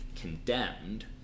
condemned